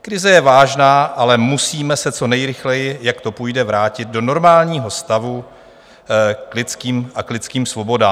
Krize je vážná, ale musíme se co nejrychleji, jak to půjde, vrátit do normálního stavu a k lidským svobodám.